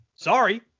Sorry